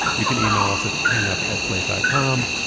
you can email us at hang-up at slate dot com.